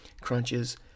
crunches